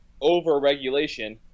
over-regulation